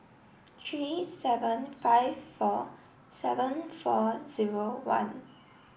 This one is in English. three seven five four seven four zero one